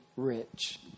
rich